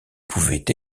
pouvaient